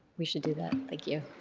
we should do that. thank you.